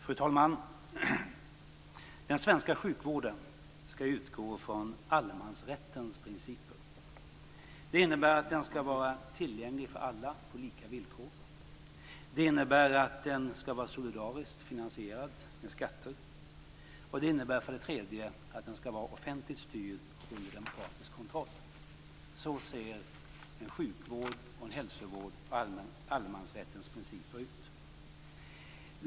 Fru talman! Den svenska sjukvården skall utgå från allemansrättens principer. Det innebär för det första att den skall vara tillgänglig för alla på lika villkor. Det innebär för det andra att den skall vara solidariskt finansierad med skatter. Det innebär för det tredje att den skall vara offentligt styrd under demokratisk kontroll. Så ser en sjukvård och en hälsovård på allemansrättens principer ut.